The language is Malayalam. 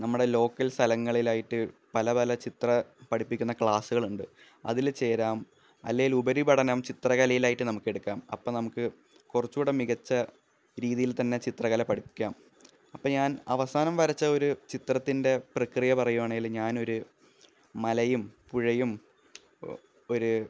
നമ്മടെ ലോക്കല് സ്ഥലങ്ങളിലായിട്ട് പല പല ചിത്ര പഠിപ്പിക്കുന്ന ക്ലാസ്സുകളുണ്ട് അതിൽ ചേരാം അല്ലേല് ഉപരിപഠനം ചിത്രകലയിലായിട്ട് നമുക്ക് എടുക്കാം അപ്പം നമുക്ക് കുറച്ചു കൂടി മികച്ച രീതിയില് തന്നെ ചിത്രകല പഠിക്കാം അപ്പോൾ ഞാന് അവസാനം വരച്ച ഒരു ചിത്രത്തിന്റെ പ്രക്രിയ പറയുകയാണേൽ ഞാന് ഒരു മലയും പുഴയും ഒരു